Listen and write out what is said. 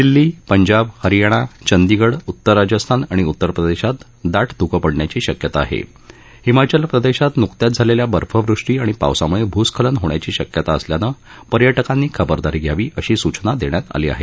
दिल्ली पंजाब हरियाणा चंदीगड उतर राजस्थान आणि उतर प्रदेशात दाट ध्कं पडण्याची शक्यता आहे हिमाचल प्रदेशात न्कत्याच झालेल्या बर्फवृष्टी आणि पावसाम्ळे भूस्खलन होण्याची शक्यता असल्यानं पर्यटकांनी खबरदारी घ्यावी अशी सूचना देण्यात आली आहे